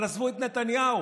אבל עזבו את נתניהו,